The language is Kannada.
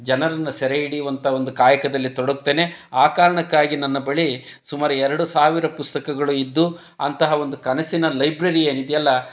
ಜನರನ್ನು ಸೆರೆ ಹಿಡಿಯುವಂಥ ಒಂದು ಕಾಯಕದಲ್ಲಿ ತೊಡಗ್ತೇನೆ ಆ ಕಾರಣಕ್ಕಾಗಿ ನನ್ನ ಬಳಿ ಸುಮಾರು ಎರಡು ಸಾವಿರ ಪುಸ್ತಕಗಳು ಇದ್ದು ಅಂತಹ ಒಂದು ಕನಸಿನ ಲೈಬ್ರೆರಿ ಏನು ಇದೆಯಲ್ಲ